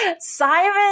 Simon